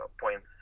points